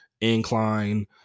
incline